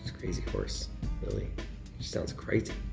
crazy horse lily? she sounds crazy,